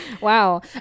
Wow